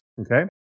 okay